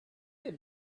have